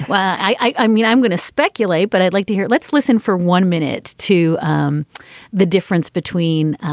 i mean, i'm going to speculate, but i'd like to hear. let's listen for one minute to um the difference between.